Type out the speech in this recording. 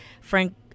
frank